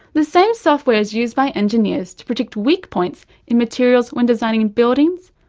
the same software is used by engineers to predict weak points in materials when designing and buildings,